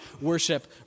worship